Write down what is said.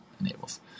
enables